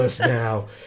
now